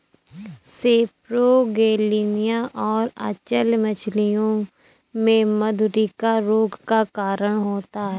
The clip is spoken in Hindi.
सेपरोगेलनिया और अचल्य मछलियों में मधुरिका रोग का कारण होता है